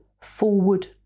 forward